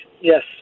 yes